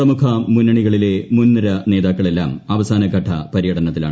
പ്രമുഖ മുന്നണികളിലെ മുൻനിരനേതാക്കൾ എല്ലാം അവസാന ഘട്ട പര്യടനത്തിലാണ്